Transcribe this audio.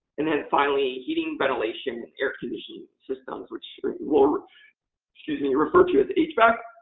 and then finally, heating, ventilation, air conditioning systems, which we'll excuse me refer to as hvac.